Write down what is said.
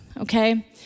okay